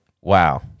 Wow